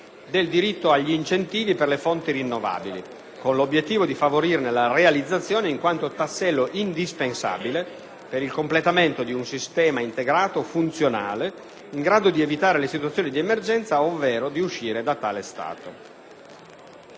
del diritto agli incentivi per le fonti rinnovabili con l'obiettivo di favorirne la realizzazione in quanto tassello indispensabile per il completamento di un sistema integrato funzionale, in grado di evitare le situazioni di emergenza ovvero di uscire da tale stato.